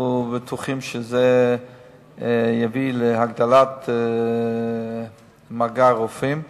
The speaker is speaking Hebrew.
אנחנו בטוחים שזה יביא להגדלת מעגל הרופאים.